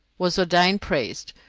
was ordained priest,